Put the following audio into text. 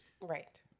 Right